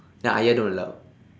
then ayah don't allow